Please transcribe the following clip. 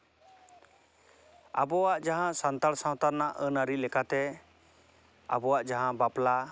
ᱟᱵᱚᱣᱟᱜ ᱡᱟᱦᱟᱸ ᱥᱟᱱᱛᱟᱲ ᱥᱟᱶᱛᱟ ᱨᱮᱱᱟᱜ ᱟᱹᱱᱼᱟᱹᱨᱤ ᱞᱮᱠᱟᱛᱮ ᱟᱵᱚᱣᱟᱜ ᱡᱟᱦᱟᱸ ᱵᱟᱯᱞᱟ